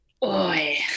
Boy